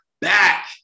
back